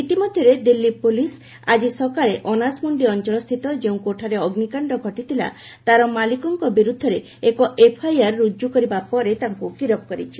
ଇତିମଧ୍ୟରେ ଦିଲ୍ଲୀ ପୋଲିସ ଆକି ସକାଳେ ଅନାଜମଣ୍ଡି ଅଞ୍ଚଳ ସ୍ଥିତ ଯେଉଁ କୋଠାରେ ଅଗ୍ରିକାଣ୍ଡ ଘଟିଥିଲା ତା'ର ମାଲିକଙ୍କ ବିରୁଦ୍ଧରେ ଏକ ଏଫଆଇଆର ରୁକ୍କୁ କରିବା ପରେ ତାଙ୍କୁ ଗିରଫ କରିଛି